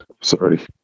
sorry